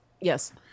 Yes